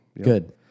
Good